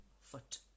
foot